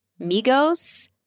Migos